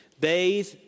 bathe